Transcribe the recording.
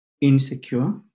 insecure